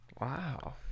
Wow